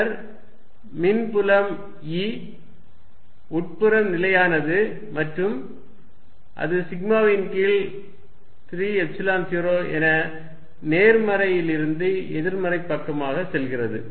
பின்னர் மின்புலம் E உட்புறம் நிலையானது மற்றும் அது σ0 ன் கீழ் 3 எப்சிலன் 0 என்று நேர்மறையிலிருந்து எதிர்மறை பக்கமாக செல்கிறது